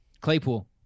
Claypool